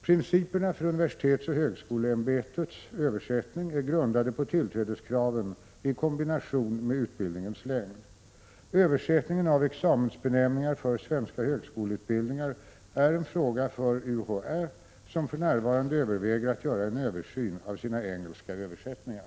Principerna för universitetsoch högskoleämbetets översättning är grundade på tillträdeskraven i kombination med utbildningens längd. Översättningen av examensbenämningar för svenska högskoleutbildningar är en fråga för UHÄ, som för närvarande överväger att göra en översyn av sina engelska översättningar.